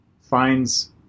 finds